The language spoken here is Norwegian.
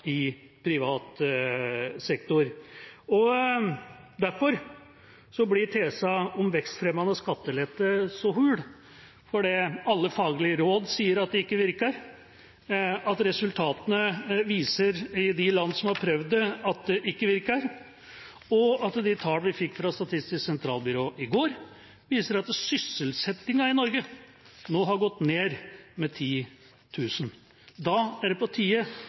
i privat sektor. Derfor blir tesen om vekstfremmende skattelette så hul, fordi alle faglige råd sier at det ikke virker, at resultatene viser i de land som har prøvd det, at det ikke virker, og at de tallene vi fikk fra Statistisk sentralbyrå i går, viser at sysselsettingen i Norge nå har gått ned med 10 000. Da er det på tide